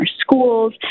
schools